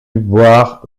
boire